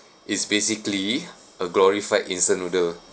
is basically a glorified instant noodle